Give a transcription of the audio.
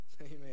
Amen